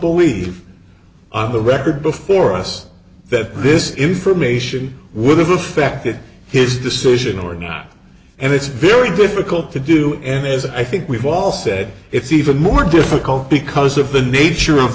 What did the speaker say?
believe on the record before us that this information with respect to his decision or not and it's very difficult to do and as i think we've all said it's even more difficult because of the nature of